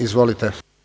Izvolite.